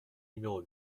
numéro